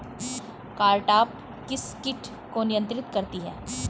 Cartap किस किट को नियंत्रित करती है?